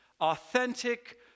authentic